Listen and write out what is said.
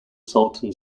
salton